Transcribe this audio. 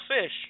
fish